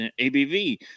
ABV